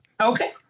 okay